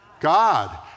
God